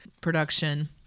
production